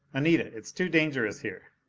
anita, it's too dangerous here!